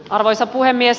arvoisa puhemies